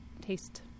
taste